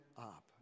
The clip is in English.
up